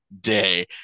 day